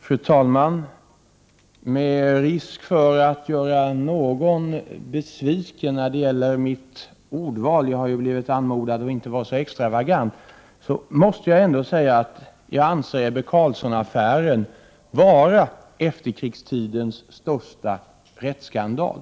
Fru talman! Med risk för att göra någon besviken när det gäller mitt ordval —- jag har ju blivit anmodad att inte vara så extravagant — måste jag ändå säga att jag anser Ebbe Carlsson-affären vara efterkrigstidens största rättsskandal.